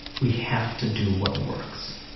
we have to do what works